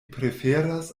preferas